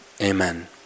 Amen